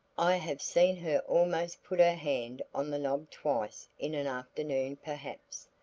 i have seen her almost put her hand on the knob twice in an afternoon perhaps,